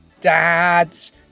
dads